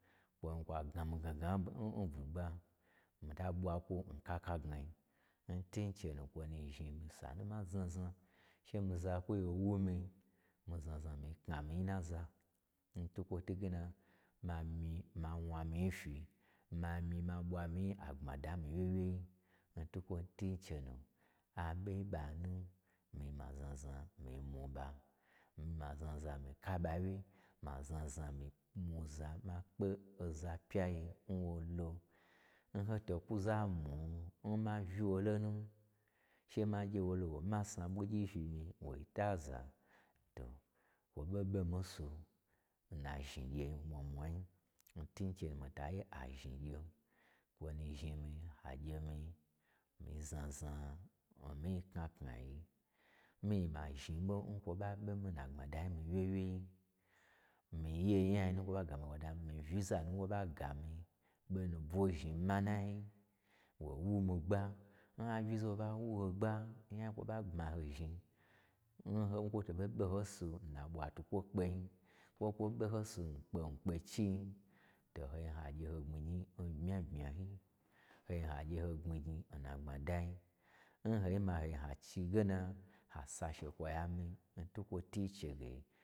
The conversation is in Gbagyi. Kwoin kwa gna mii gna gnan mii n bwugba, mii ta ɓwa kwo n kaka gnayin, n tun chenu kwo nu zhni mii sanu n ma znazna, she mii zakwoi ɓo wumii, mii znazna mi-i kna mii nyi nnaza, n twukwo twuge na, ma myi ma wna mii nyi fyi, ma myi ma ɓwa mii nyi agbmada n mii wyewyei n twukwo twu n chenu, aɓon ɓa nu mi-i maznazna mi-i mwu mii nyi nɓa, mii ma znazna mii kaɓa wye, ma znazna mii mwu za ma kpe oza pya ye n wolo. N hoto kwu za mwun, n ma uyi holo nu, she ma gye wo lo wo ma sna ɓwugyi fyi mii wo taza, to kwo boi ɓo mii n su n nazhni gyei n mwa mwa yi, n tun chenu mii taye azhni gyen, kwo nu zhni mii ha gye mii, mii zna zna mii nyi-i knakna yi, mi-i ma zhni ɓon kwo ɓa ɓo mii n nagb. madai nmii wye wyei. Mii ye nnyai nu n kwo ɓa gamii agbmada, mii uyi za nu n wo ɓa gamii ɓo nubwo zhni manai, wo wu mii gba. N ha uyiza n wo ɓa wu ho gba, n nya n kwo ɓa bmaho zhni, n ho-n kwo to ɓei ɓo hon su n nkpe nkpe chin, to ho zhni a gye ho gbmi gnyi n bmya bmya yi, hoi ha gye ho gbmignyi n na gbmadai, n hoi ma, ha chige na, ha sa shekwayi ami-i yyitukoci chabe.